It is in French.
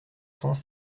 cents